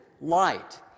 light